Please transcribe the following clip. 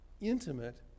intimate